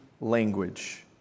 language